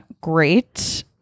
Great